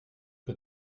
que